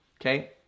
Okay